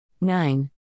nine